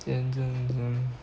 then